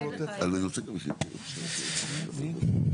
קודם כל,